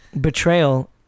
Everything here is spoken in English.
Betrayal